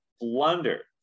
blunder